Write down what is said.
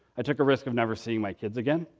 i took a risk of never seeing my kids again.